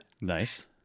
Nice